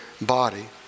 body